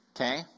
Okay